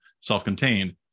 self-contained